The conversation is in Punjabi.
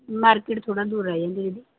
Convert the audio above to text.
ਮਾਰਕਿਟ ਥੋੜ੍ਹਾ ਦੂਰ ਰਹਿ ਜਾਂਦੀ ਆ ਜੀ